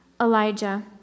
Elijah